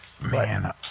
Man